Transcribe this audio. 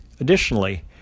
Additionally